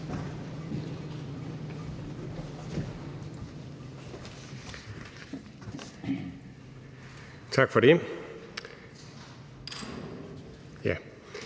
Tak for det.